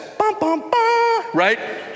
Right